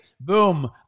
boom